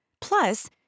Plus